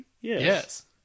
Yes